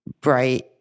bright